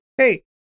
hey